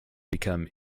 become